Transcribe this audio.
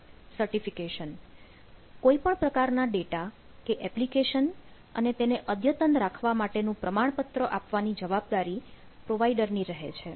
certification કોઈપણ પ્રકારના data કે એપ્લિકેશન અને તેને અદ્યતન રાખવા માટેનું પ્રમાણપત્ર આપવાની જવાબદારી પ્રોવાઇડર ની રહે છે